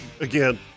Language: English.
Again